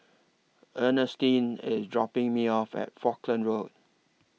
Earnestine IS dropping Me off At Falkland Road